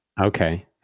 okay